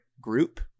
group